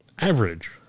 average